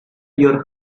your